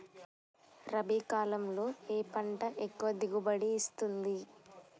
రబీ కాలంలో ఏ పంట ఎక్కువ దిగుబడి ఇస్తుంది?